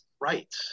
right